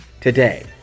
today